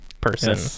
person